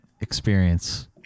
experience